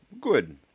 Good